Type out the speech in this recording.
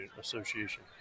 association